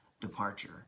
departure